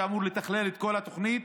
שאמור לתכלל את כל התוכנית.